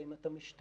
ואם אתה משתעל?